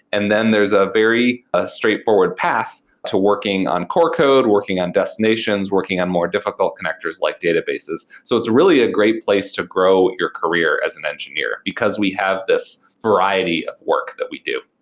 and then there is a very a straightforward path to working on core code, working on destinations, working on more difficult connectors like databases. so it's really a great place to grow your career as an engineer, because we have this variety of work that we do.